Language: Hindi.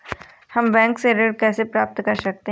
हम बैंक से ऋण कैसे प्राप्त कर सकते हैं?